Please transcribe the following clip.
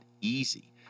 easy